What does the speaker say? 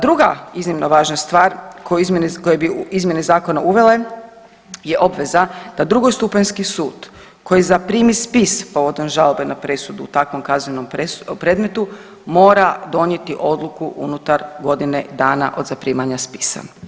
Druge iznimno važna stvar koje bi izmjene zakona uvele je obveza da drugostupanjski sud koji zaprimi spis povodom žalbe na presudu u takvom kaznenom predmetu mora donijeti odluku unutar godine dana od zaprimanja spisa.